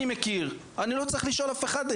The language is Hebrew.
אני לא צריך לשאול אף אחד.